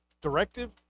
directive